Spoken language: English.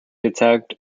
attacked